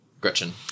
gretchen